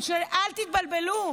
אל תתבלבלו,